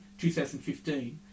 2015